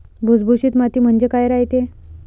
भुसभुशीत माती म्हणजे काय रायते?